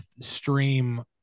stream